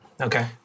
okay